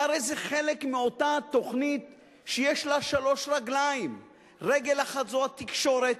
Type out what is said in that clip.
והרי זה חלק מאותה התוכנית שיש לה שלוש רגליים: רגל אחת זו התקשורת,